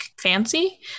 fancy